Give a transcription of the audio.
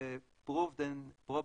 זה proved and probable,